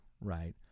right